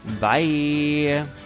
bye